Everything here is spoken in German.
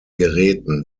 geräten